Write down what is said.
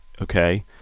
Okay